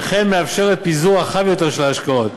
וכן מאפשרת פיזור רחב יותר של ההשקעות.